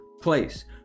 place